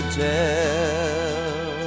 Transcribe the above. tell